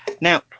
Now